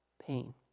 pain